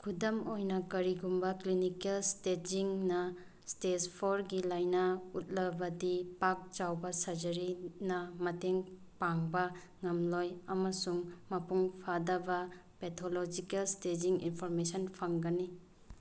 ꯈꯨꯗꯝ ꯑꯣꯏꯅ ꯀꯔꯤꯒꯨꯝꯕ ꯀ꯭ꯂꯤꯅꯤꯀꯦꯜ ꯏꯁꯇꯦꯖꯤꯡꯅ ꯏꯁꯇꯦꯖ ꯐꯣꯔꯒꯤ ꯂꯥꯏꯅꯥ ꯎꯠꯂꯕꯗꯤ ꯄꯥꯛ ꯆꯥꯎꯕ ꯁꯔꯖꯔꯤꯅ ꯃꯇꯦꯡ ꯄꯥꯡꯕ ꯉꯝꯂꯣꯏ ꯑꯃꯁꯨꯡ ꯃꯄꯨꯡ ꯐꯥꯗꯕ ꯄꯦꯊꯣꯂꯣꯖꯤꯀꯦꯜ ꯏꯁꯇꯦꯖꯤꯡ ꯏꯟꯐꯣꯔꯃꯦꯁꯟ ꯐꯪꯒꯅꯤ